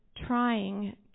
Trying